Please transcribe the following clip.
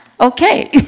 Okay